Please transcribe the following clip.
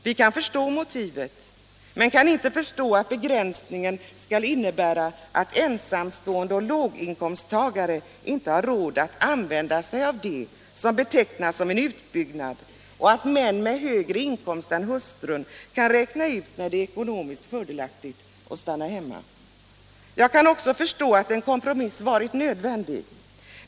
Vi kan förstå motivet, men vi kan inte förstå att begränsningen gjorts sådan att den kommer att innebära att ensamstående föräldrar och låginkomsttagare inte får råd att använda sig av det som betecknas som en utbyggnad och att män med högre inkomst än hustrun kan räkna ut när det är ekonomiskt fördelaktigt att stanna hemma. Jag kan också förstå att en kompromiss varit nödvändig.